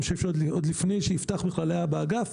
אני חושב שעוד לפני שיפתח בכלל היה באגף